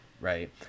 right